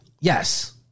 Yes